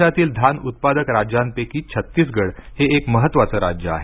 देशातील धान उत्पादक राज्यांपैकी छत्तीसगड हे एक महत्वाचं राज्य आहे